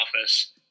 office –